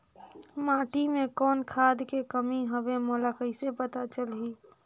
माटी मे कौन खाद के कमी हवे मोला कइसे पता चलही?